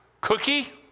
Cookie